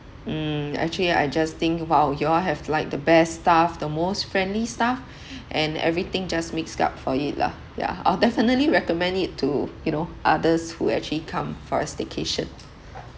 mm actually I just think !wow! you all have like the best staff the most friendly staff and everything just makes up for it lah yeah I'll definitely recommend it to you know others who actually come for a staycation